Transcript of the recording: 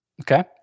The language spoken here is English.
Okay